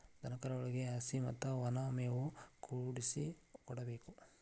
ದನಕರುಗಳಿಗೆ ಹಸಿ ಮತ್ತ ವನಾ ಮೇವು ಕೂಡಿಸಿ ಕೊಡಬೇಕ